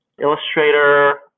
Illustrator